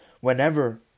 Whenever